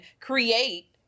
create